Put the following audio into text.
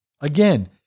Again